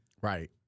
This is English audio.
Right